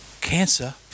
Cancer